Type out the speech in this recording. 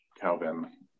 Calvin